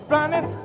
Running